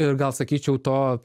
ir gal sakyčiau to